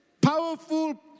powerful